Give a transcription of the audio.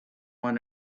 want